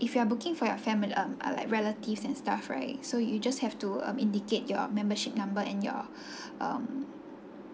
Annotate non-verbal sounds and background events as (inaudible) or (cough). if you are booking for your fam~ um ah like relatives and stuff right so you just have to um indicate your membership number and your (breath) um